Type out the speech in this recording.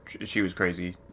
she-was-crazy